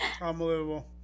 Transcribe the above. Unbelievable